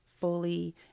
fully